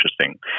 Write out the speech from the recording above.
interesting